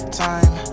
time